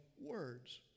words